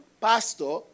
pastor